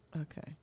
Okay